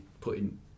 putting